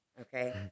okay